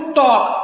talk